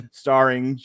starring